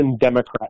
Democrats